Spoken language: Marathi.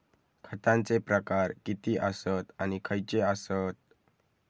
खतांचे प्रकार किती आसत आणि खैचे आसत?